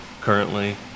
currently